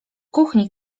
kuchni